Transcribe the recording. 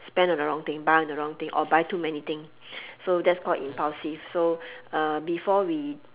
spend on the wrong thing buy on the wrong thing or buy too many thing so that's called impulsive so uh before we